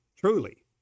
Truly